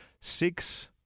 six